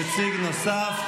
נציג נוסף.